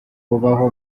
ubaho